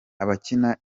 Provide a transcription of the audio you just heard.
abakina